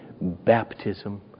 baptism